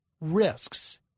risks